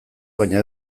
baina